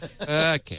okay